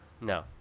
No